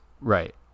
right